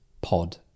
pod